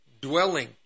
dwelling